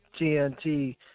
TNT